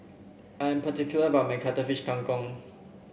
I am particular about my Cuttlefish Kang Kong